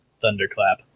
Thunderclap